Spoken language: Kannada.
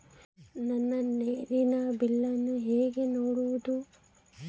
ನನ್ನ ನೇರಿನ ಬಿಲ್ಲನ್ನು ಹೆಂಗ ನೋಡದು?